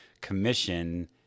commission